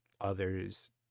others